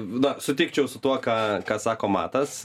na sutikčiau su tuo ką ką sako matas